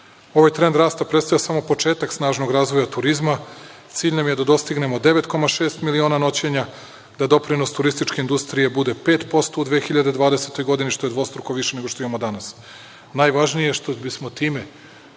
Ovaj trend rasta predstavlja samo početak snažnog razvoja turizma. Cilj nam je da dostignemo 9,6 miliona noćenja, da doprinos turističke industrije bude 5% u 2020. god, što je dvostruko više nego što imamo danas. Najvažnije je što bismo tim